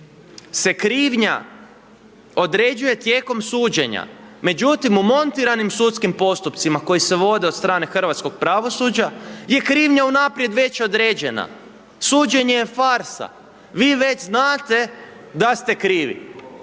se krivnja određuje tijekom suđenja međutim u montiranim sudskim postupcima koji se vode o strane hrvatskog pravosuđa je krivnja unaprijed već određena. Suđenje je farsa. Vi već znate da ste krivi.